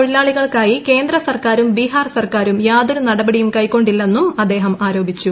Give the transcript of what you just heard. തൊഴിലാളികൾക്കായി കേന്ദ്ര സർക്കാരും ബീഹാർ സർക്കാരും നടപടിയും കൈക്കൊണ്ടില്ലന്നും യാതൊരു അദ്ദേഹം ആരോപിച്ചു